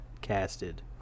casted